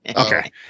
Okay